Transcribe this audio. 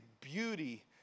beauty